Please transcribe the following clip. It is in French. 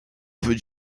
peut